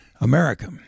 America